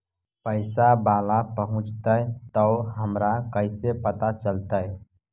पैसा बाला पहूंचतै तौ हमरा कैसे पता चलतै?